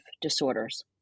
disorders